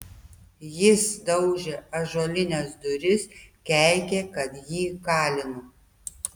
jis daužė ąžuolines duris keikė kad jį kalinu